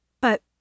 But